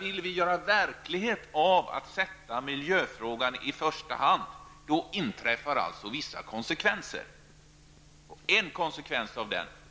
Vill vi göra verklighet av att sätta miljöfrågan i första hand då inträffar alltså vissa konsekvenser. En konsekvens